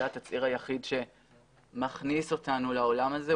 זה התצהיר היחיד שמכניס אותנו לעולם הזה,